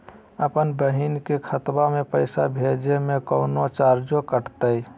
अपन बहिन के खतवा में पैसा भेजे में कौनो चार्जो कटतई?